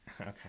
Okay